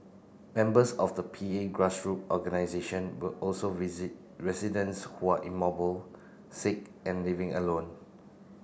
members of the P A grassroot organisation will also visit residents who are immobile sick and living alone